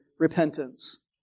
Repentance